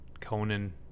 Conan